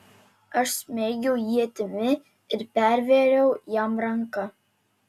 aš smeigiau ietimi ir pervėriau jam ranką